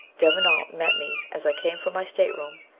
devenant met me as i came from my state-room,